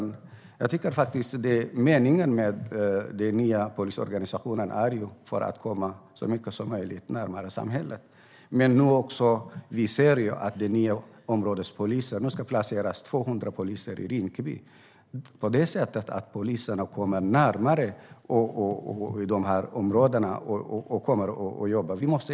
I fråga om polisen är meningen med den nya polisorganisationen att man ska komma så nära samhället som möjligt. Men nu ser vi också att poliserna, i och med de nya områdespoliserna, kommer närmare de här områdena. 200 poliser ska nu placeras i Rinkeby.